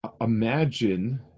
Imagine